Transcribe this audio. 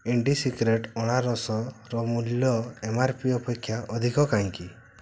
Indisecret ଅଁଳା ରସର ମୂଲ୍ୟ ଏମ୍ ଆର୍ ପି ଅପେକ୍ଷା ଅଧିକ କାହିଁକି